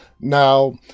Now